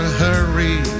hurry